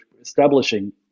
establishing